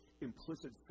implicit